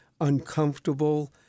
uncomfortable